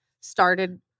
started